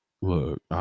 Look